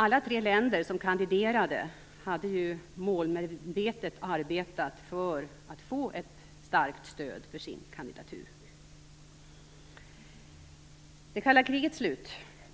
Alla de tre länder som kandiderade hade ju målmedvetet arbetat för att få stöd för sina kandidaturer. Det kalla krigets slut